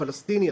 הפלסטיני,